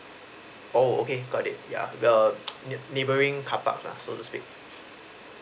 oh okay got it yeah err nei~ neighbouring car park lah so to speak